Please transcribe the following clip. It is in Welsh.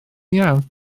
iawn